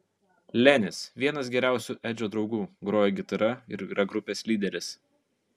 lenis vienas geriausių edžio draugų groja gitara ir yra grupės lyderis